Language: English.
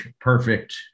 perfect